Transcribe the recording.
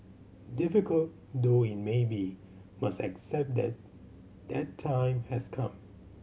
difficult though it may be must accept that that time has come